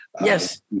yes